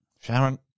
Sharon